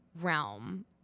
realm